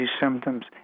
symptoms